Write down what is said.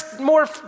more